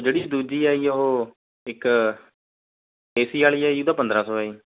ਜਿਹੜੀ ਦੂਜੀ ਆ ਜੀ ਉਹ ਇੱਕ ਏ ਸੀ ਵਾਲੀ ਆ ਜੀ ਉਹਦਾ ਪੰਦਰਾਂ ਸੌ ਹੈ ਜੀ